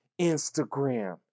Instagram